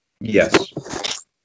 Yes